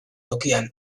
tokian